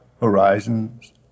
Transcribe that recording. horizons